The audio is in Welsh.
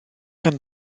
gan